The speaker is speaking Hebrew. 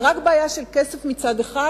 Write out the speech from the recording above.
זאת רק בעיה של כסף מצד אחד,